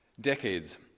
decades